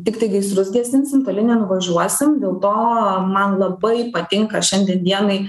tiktai gaisrus gesinsim toli nenuvažiuosim dėl to man labai patinka šiandien dienai